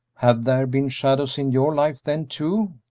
have there been shadows in your life, then, too?